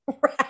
Right